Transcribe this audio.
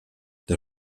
der